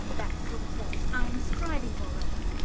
that's the sort of service i'm striving for, rudyard.